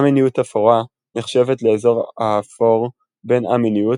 א-מיניות אפורה נחשבת לאזור האפור בין א-מיניות